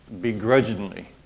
begrudgingly